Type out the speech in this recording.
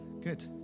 good